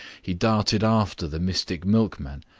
he darted after the mystic milkman,